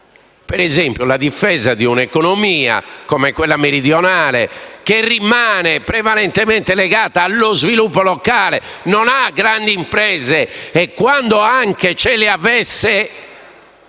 per esempio, la difesa di un'economia come quella meridionale, che rimane prevalentemente legata allo sviluppo locale e non ha grandi imprese. Tuttavia, quand'anche ce le avesse,